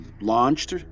launched